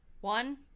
One